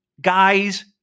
guys